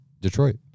Detroit